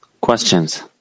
Questions